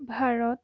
Bharat